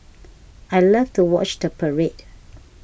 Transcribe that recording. I love to watch the parade